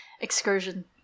excursion